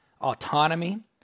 autonomy